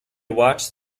watched